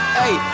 hey